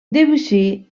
debussy